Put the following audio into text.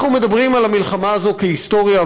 אנחנו מדברים על המלחמה הזאת כהיסטוריה,